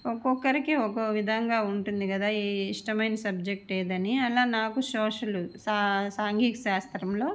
ఒక్కొక్కరికి ఒక్కో విధంగా ఉంటుంది కదా ఈ ఇష్టమైన సబ్జెక్ట్ ఏదని అలా నాకు సోషల్ సా సాంఘీక శాస్త్రంలో